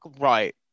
right